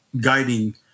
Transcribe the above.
guiding